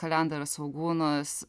kalendrą ir svogūnus